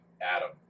Adam